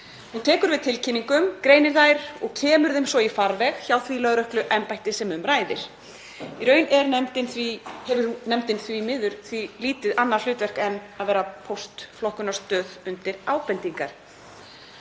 Hún tekur við tilkynningum, greinir þær og kemur þeim svo í farveg hjá því lögregluembætti sem um ræðir. Í raun hefur nefndin því lítið annað hlutverk en að vera póstflokkunarstöð undir ábendingar.